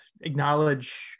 acknowledge